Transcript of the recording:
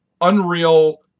unreal